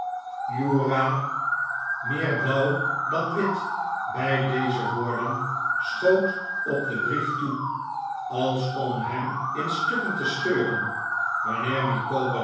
uriah meer blauw dan wit bij deze woorden schoot op den brief toe als om hem in stukken te scheuren